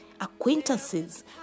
acquaintances